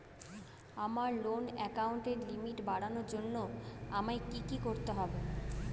আমার লোন অ্যাকাউন্টের লিমিট বাড়ানোর জন্য আমায় কী কী করতে হবে?